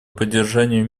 поддержанию